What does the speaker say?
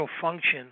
function